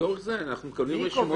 לצורך זה אנחנו מקבלים רשימות.